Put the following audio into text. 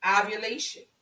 ovulation